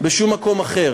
בשום מקום אחר.